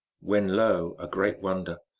when lo, a great wonder!